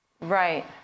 Right